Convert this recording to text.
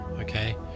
okay